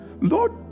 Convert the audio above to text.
Lord